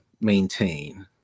maintain